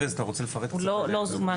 הוא לא זומן.